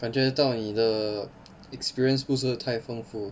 感觉得到你的 experience 不是太丰富